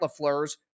LaFleur's